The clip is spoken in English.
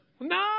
No